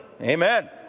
Amen